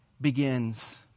begins